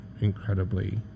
incredibly